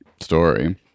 story